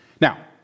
Now